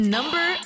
Number